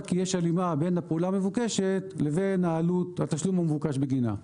שיש הלימה בין הפעולה המבוקשת לבין התשלום המבוקש בגינה.